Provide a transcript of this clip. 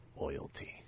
Loyalty